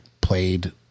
played